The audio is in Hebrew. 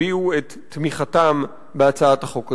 הביעו את תמיכתם בהצעת החוק הזאת.